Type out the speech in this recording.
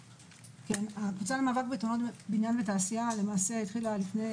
הקבוצה למאבק בתאונות בניין ותעשייה התחילה לפני